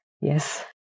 Yes